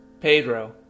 Pedro